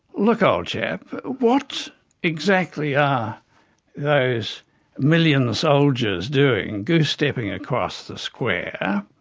look old chap, what exactly are those million soldiers doing goosestepping across the square?